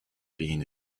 being